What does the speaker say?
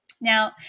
Now